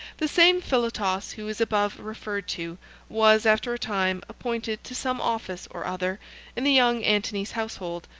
the same philotas who is above referred to was, after a time, appointed to some office or other in the young antony's household,